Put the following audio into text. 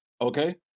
okay